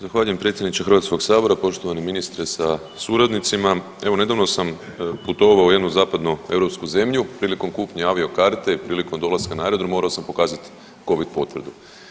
Zahvaljujem predsjedniče Hrvatskoga sabora, poštovani ministre sa suradnicima, evo nedavno sam putovao u jednu zapadnoeuropsku zemlju prilikom kupnje avio karte, prilikom dolaska na aerodrom morao sam pokazati Covid potvrdu.